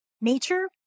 Nature